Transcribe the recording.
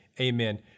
amen